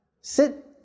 Sit